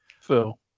Phil